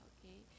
Okay